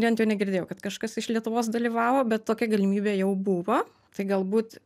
bent jau negirdėjau kad kažkas iš lietuvos dalyvavo bet tokia galimybė jau buvo tai galbūt